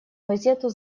газету